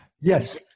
yes